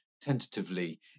tentatively